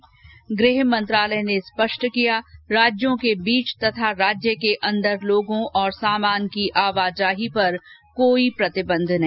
् गृह मंत्रालय ने स्पष्ट किया राज्यों के बीच तथा राज्य के अंदर लोगों और सामान की आवाजाही पर कोई प्रतिबंध नहीं